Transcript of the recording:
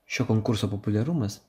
šio konkurso populiarumas